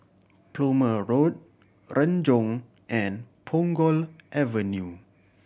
Plumer Road Renjong and Punggol Avenue